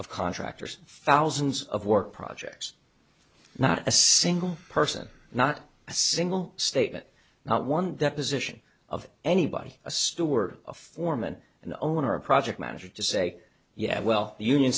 of contractors thousands of work projects not a single person not a single statement not one deposition of anybody a steward a foreman an owner or a project manager to say yeah well the union